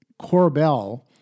Corbell